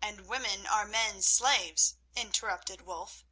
and women are men's slaves! interrupted wulf.